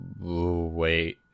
wait